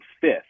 fifth